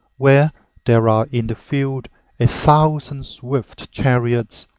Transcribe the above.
where there are in the field a thousand swift chariots,